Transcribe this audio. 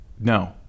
no